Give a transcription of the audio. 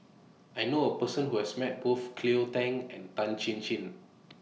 I knew A Person Who has Met Both Cleo Thang and Tan Chin Chin